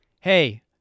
hey